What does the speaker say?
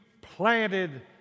planted